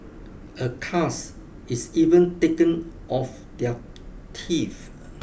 a cast is even taken of their teeth